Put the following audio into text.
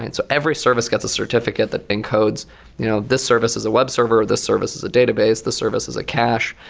and so every service gets a certificate that encodes you know this service as a webserver or this service as a database, this service as a cache,